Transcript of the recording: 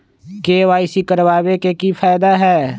KYC करवाबे के कि फायदा है?